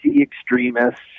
extremists